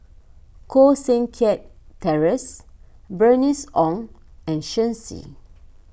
Koh Seng Kiat Terence Bernice Ong and Shen Xi